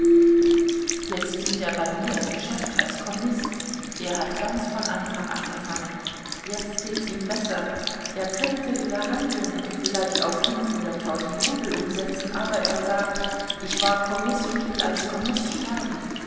jetzt dient er bei mir im geschäft als kommis er hat ganz von anfang angefangen jetzt geht es ihm besser er könnte wieder handeln und vielleicht auch fünfhunderttausend rubel umsetzen aber er sagt ich war kommis und will als kommis sterben